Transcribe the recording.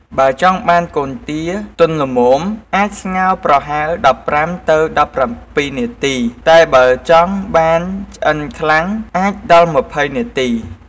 បើចង់បានកូនទាទន់ល្មម អាចស្ងោរប្រហែល ១៥-១៧ នាទី តែបើចង់បានឆ្អិនខ្លាំង អាចដល់ ២០ នាទី។